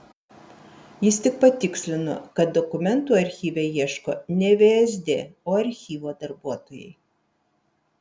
jis tik patikslino kad dokumentų archyve ieško ne vsd o archyvo darbuotojai